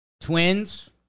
Twins